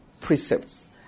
precepts